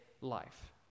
life